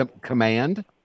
command